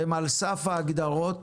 והם על סף ההגדרות,